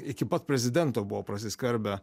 iki pat prezidento buvo prasiskverbę